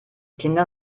kinder